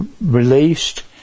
released